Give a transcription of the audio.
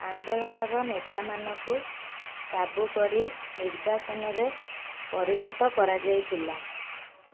ଆନ୍ଦୋଳନର ନେତାମାନଙ୍କୁ କାବୁ କରି ନିର୍ବାସନରେ ପରିଣତ କରାଯାଇଥିଲା